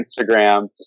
Instagram